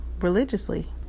religiously